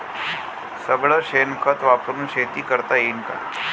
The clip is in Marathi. सगळं शेन खत वापरुन शेती करता येईन का?